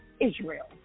Israel